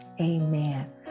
amen